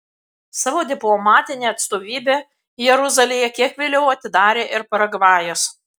savo diplomatinę atstovybę jeruzalėje kiek vėliau atidarė ir paragvajus